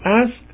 ask